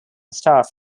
staff